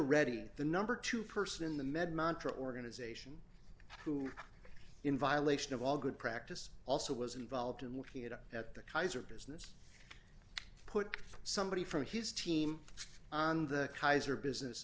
reddy the number two person in the med montra organization who in violation of all good practice also was involved in looking it up at the kaiser business put somebody from his team on the kaiser business